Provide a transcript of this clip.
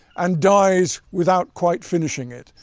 and dies without quite finishing it.